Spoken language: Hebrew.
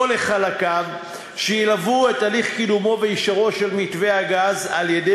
או לחלקיו שילוו את הליך קידומו ואישורו של מתווה הגז על-ידי